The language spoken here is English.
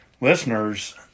listeners